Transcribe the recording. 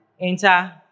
enter